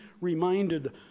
reminded